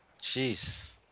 jeez